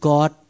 God